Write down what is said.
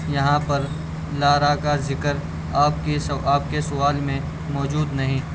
یہاں پر لارا کا ذکر آپ کے آپ کے سوال میں موجود نہیں